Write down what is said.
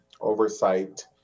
oversight